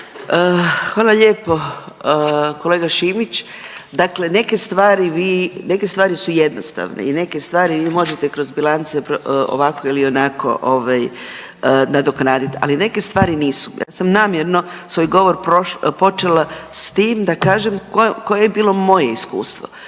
Hvala lijepo kolega Šimić. Dakle, neke stvari vi, neke stvari su jednostavne i neke stvari vi možete kroz bilance ovakve ili onako ovaj nadoknadit, ali neke stvari nisu. Ja sam namjerno svoj govor počela s tim da kažem koje je bilo moje iskustvo.